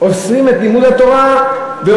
לא אוסרים לימוד התורה, תהיה הגון.